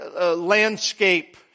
landscape